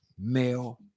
male